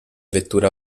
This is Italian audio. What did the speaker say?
vettura